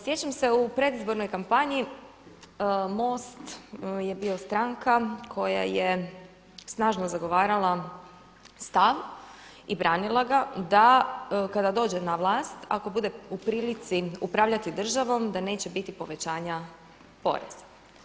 Sjećam se u predizbornoj kampanji MOST je bio stranka koja je snažno zagovarala stav i branila ga da kada dođe na vlast ako bude u prilici upravljati državom da neće biti povećanja poreza.